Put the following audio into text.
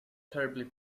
terribly